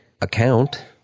account